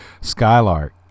Skylark